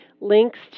links